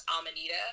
Amanita